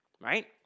right